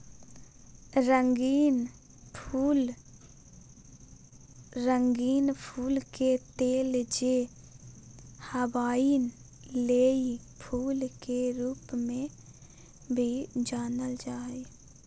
रंगीन फूल के तेल, जे हवाईयन लेई फूल के रूप में भी जानल जा हइ